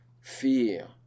fear